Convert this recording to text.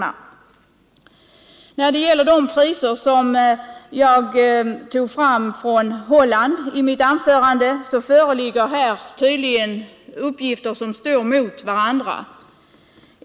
Beträffande de priser från Holland som jag tog fram i mitt anförande, föreligger tydligen uppgifter som står mot varandra.